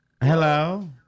Hello